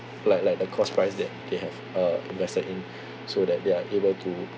like like the cost price that they have uh invested in so that they are able to